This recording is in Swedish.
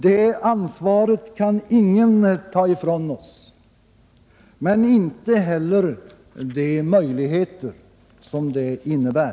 Det ansvaret kan ingen ta ifrån oss, men inte heller de möjligheter som det innebär.